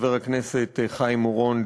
חבר הכנסת חיים אורון,